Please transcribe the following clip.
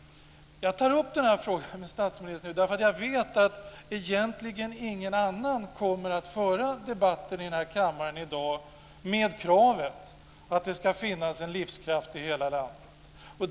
Jag tar upp den här frågan med statsministern därför att jag vet att egentligen ingen annan kommer att föra debatten i den här kammaren i dag med kravet att det ska finnas en livskraft i hela landet.